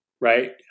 right